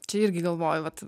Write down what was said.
čia irgi galvoju vat